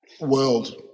world